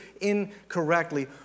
incorrectly